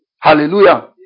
Hallelujah